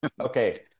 Okay